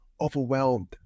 overwhelmed